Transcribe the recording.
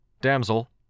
Damsel